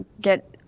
get